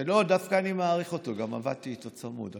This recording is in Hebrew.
ולא, דווקא אני מעריך אותו, גם עבדתי איתו צמוד.